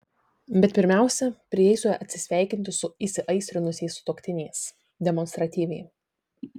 bet pirmiausia prieisiu atsisveikinti su įsiaistrinusiais sutuoktiniais demonstratyviai